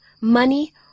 money